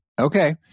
Okay